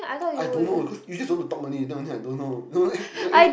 I don't know cause you just don't want to talk only don't think I don't know no then